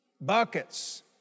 buckets